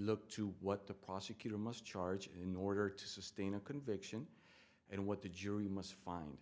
look to what the prosecutor must charge in order to sustain a conviction and what the jury must find